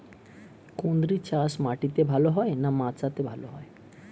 কুঁদরি চাষ মাটিতে ভালো হয় না মাচাতে ভালো হয়?